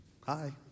Hi